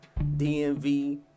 DMV